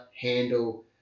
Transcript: handle